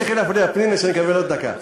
תמשיכי להפריע, פנינה, כדי שאני אקבל עוד דקה.